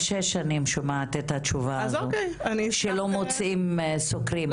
שש שנים שומעת את התשובה הזו שלא מוצאים סוקרים.